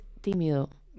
tímido